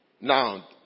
Now